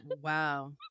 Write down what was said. wow